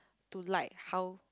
to like how